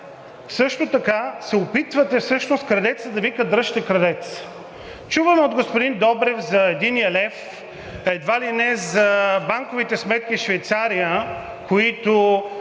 също така се опитвате всъщност крадецът да вика: „Дръжте крадеца!“ Чуваме от господин Добрев за единия лев, едва ли не за банковите сметки в Швейцария, в които